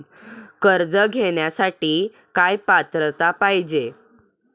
कर्ज घेण्यासाठी काय पात्रता पाहिजे?